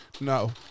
No